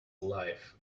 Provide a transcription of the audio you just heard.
life